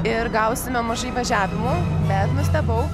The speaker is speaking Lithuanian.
ir gausime mažai važiavimų bet nustebau